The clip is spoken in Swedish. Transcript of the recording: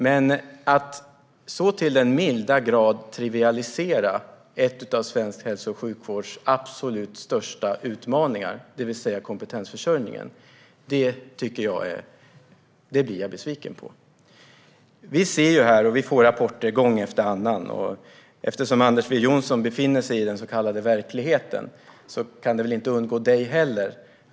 Men att han så till den milda grad trivialiserar en av svensk hälso och sjukvårds absolut största utmaningar, nämligen kompetensförsörjningen, blir jag besviken på. Vi får gång efter annan rapporter. Eftersom Anders W Jonsson befinner sig i den så kallade verkligheten kan det väl inte undgå honom heller.